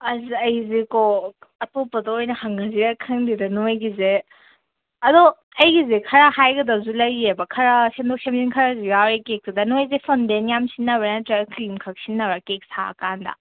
ꯑꯗꯨꯗ ꯑꯩꯁꯦꯀꯣ ꯑꯇꯣꯞꯄꯗ ꯑꯣꯏꯅ ꯍꯪꯉꯁꯤꯔ ꯈꯪꯗꯦꯗ ꯅꯣꯏꯒꯤꯁꯦ ꯑꯗꯣ ꯑꯩꯒꯤꯁꯦ ꯈꯔ ꯍꯥꯏꯒꯗꯕꯁꯨ ꯂꯩꯌꯦꯕ ꯈꯔ ꯁꯦꯝꯗꯣꯛ ꯁꯦꯝꯖꯤꯟ ꯈꯔꯁꯨ ꯌꯥꯎꯔꯤ ꯀꯦꯛꯇꯨꯗ ꯅꯣꯏꯁꯦ ꯐꯣꯟꯗꯦꯟ ꯌꯥꯝ ꯁꯤꯖꯤꯟꯅꯕ꯭ꯔꯥ ꯅꯠꯇ꯭ꯔꯒ ꯀ꯭ꯔꯤꯝ ꯈꯛ ꯁꯤꯖꯤꯟꯅꯕ꯭ꯔꯥ ꯀꯦꯛ ꯁꯥ ꯀꯥꯟꯗ